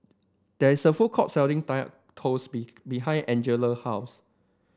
there is a food court selling Kaya Toast be behind Angela house